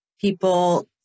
people